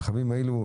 רכבים אלו,